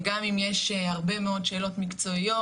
גם אם יש הרבה מאוד שאלות מקצועיות,